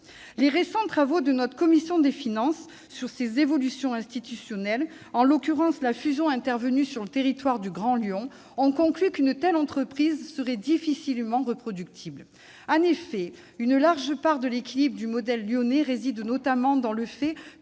Les récents travaux de la commission des finances sur ces évolutions institutionnelles, en l'occurrence la fusion intervenue sur le territoire du Grand Lyon, ont conclu qu'une telle entreprise serait difficilement reproductible. En effet, une large part de l'équilibre du modèle lyonnais réside notamment dans le fait